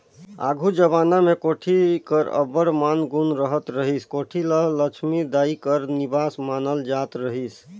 आघु जबाना मे कोठी कर अब्बड़ मान गुन रहत रहिस, कोठी ल लछमी दाई कर निबास मानल जात रहिस